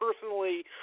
personally